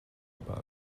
about